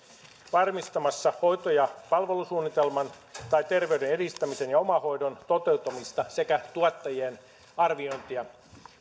varmistamassa hoito ja palvelusuunnitelman tai terveyden edistämisen ja omahoidon toteuttamista sekä tuottajien arviointia